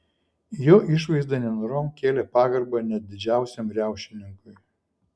jo išvaizda nenorom kėlė pagarbą net didžiausiam riaušininkui